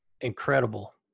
incredible